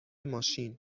ماشین